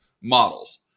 models